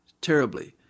terribly